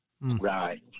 right